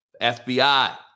FBI